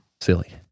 silly